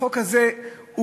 החוק הזה עוכב,